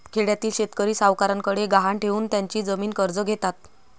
खेड्यातील शेतकरी सावकारांकडे गहाण ठेवून त्यांची जमीन कर्ज घेतात